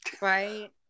right